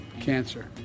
cancer